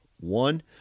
one